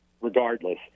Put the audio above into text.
regardless